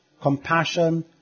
compassion